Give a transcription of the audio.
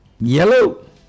Yellow